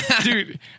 Dude